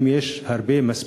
יש הרבה מים,